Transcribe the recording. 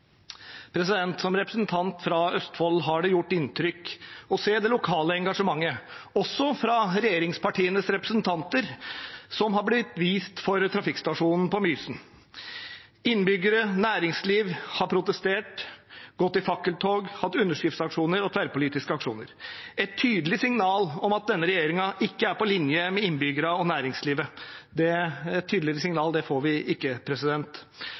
Som representant fra Østfold har det gjort inntrykk å se det lokale engasjementet, også fra regjeringspartienes representanter, som har blitt vist for trafikkstasjonen på Mysen. Innbyggere og næringsliv har protestert, gått i fakkeltog, hatt underskriftsaksjoner og tverrpolitiske aksjoner. Et tydeligere signal om at denne regjeringen ikke er på linje med innbyggerne og næringslivet, får vi ikke. Det